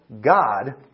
God